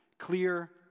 clear